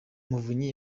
muvunyi